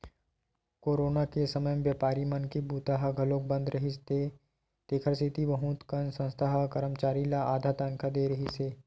corona के समे बेपारी मन के बूता ह घलोक बंद रिहिस हे तेखर सेती बहुत कन संस्था ह करमचारी ल आधा तनखा दे रिहिस हे